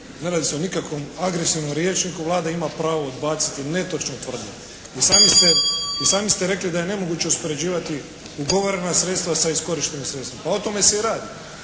Ne radi se o nikakvom agresivnom rječniku. Vlada ima pravo odbaciti netočne tvrdnje. I sami ste rekli da je nemoguće uspoređivati ugovorena sredstva sa iskorištenim sredstvima. Pa o tome se i radi.